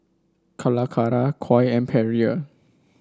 Calacara Koi and Perrier